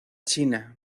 china